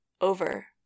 over